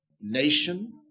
nation